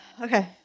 okay